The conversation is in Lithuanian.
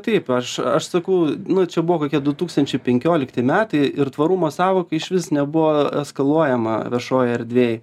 taip aš aš sakau nu čia buvo kokie du tūkstančiai penkiolikti metai ir tvarumo sąvoka išvis nebuvo eskaluojama viešoj erdvėj